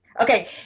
Okay